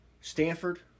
Stanford